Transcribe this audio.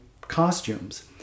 costumes